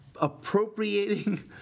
Appropriating